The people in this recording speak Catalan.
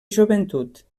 joventut